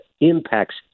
impacts